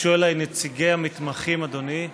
ניגשו אלי נציגי המתמחים, אדוני,